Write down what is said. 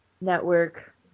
network